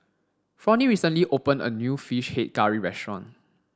Fronnie recently opened a new fish head curry restaurant